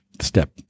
step